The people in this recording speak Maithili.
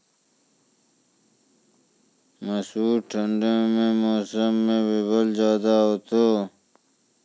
मसूर ठंडी मौसम मे बूनल जेतै?